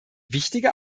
wichtige